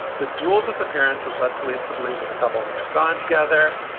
the dual disappearance has led police to believe that the couple may have gone together.